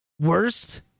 Worst